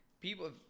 people